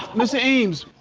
mr. eames,